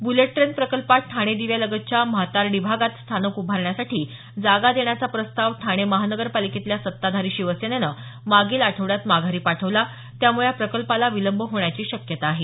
bullet train प्रकल्पात ठाणे दिव्यालगतच्या म्हातार्डी भागात स्थानक उभारण्यासाठी जागा देण्याचा प्रस्ताव ठाणे महापालिकेतल्या सत्ताधारी शिवसेनेनं मागील आठवड्यात माघारी पाठवला त्यामुळे या प्रकल्पाला विलंब होण्याची शक्यता आहे